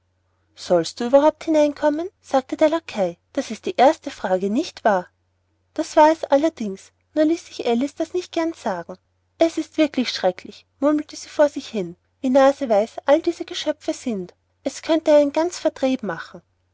sollst du überhaupt hineinkommen sagte der lackei das ist die erste frage nicht wahr das war es allerdings nur ließ sich alice das nicht gern sagen es ist wirklich schrecklich murmelte sie vor sich hin wie naseweis alle diese geschöpfe sind es könnte einen ganz verdreht machen